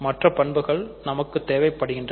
மற்ற பண்புகளும் நமக்கு தேவைப்படுகின்றன